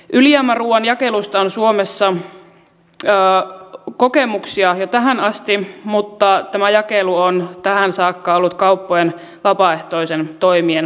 ylijäämäruuan jakelusta on suomessa kokemuksia jo tähän asti mutta tämä jakelu on tähän saakka ollut kauppojen vapaaehtoisten toimien varassa